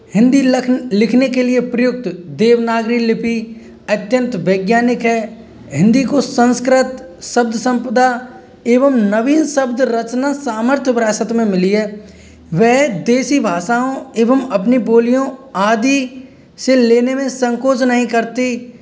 हिंदी लिखने के लिए प्रयुक्त देवनागरी लिपि अत्यंत वैज्ञानिक है हिंदी को संस्कृत शब्द संपदा एवं नवीन शब्द रचना सामर्थ्य विरासत में मिली है वह देसी भाषाओ एवं अपने बोलियों आदि से लेने में संकोच नहीं करती